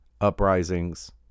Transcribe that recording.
uprisings